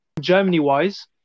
Germany-wise